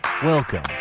Welcome